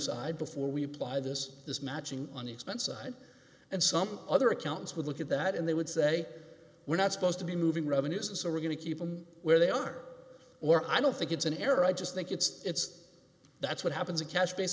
side before we apply this is not going on the expense side and some other accounts would look at that and they would say we're not supposed to be moving revenues and so we're going to keep them where they are or i don't think it's an error i just think it's that's what happens a cash bas